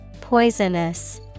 Poisonous